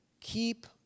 keep